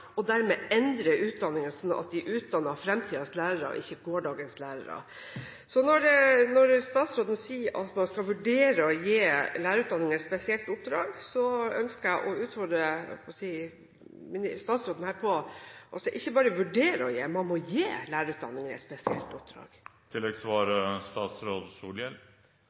og dermed endre utdanningen, slik at de utdanner fremtidens lærere og ikke gårsdagens lærere. Når statsråden sier at man skal vurdere å gi lærerutdanningen et spesielt oppdrag, ønsker jeg å utfordre statsråden på ikke bare å vurdere å gi, man må gi lærerutdanningen et spesielt oppdrag.